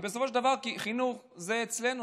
כי בסופו של דבר החינוך זה אצלנו.